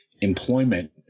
employment